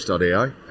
AI